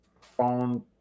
phone